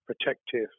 protective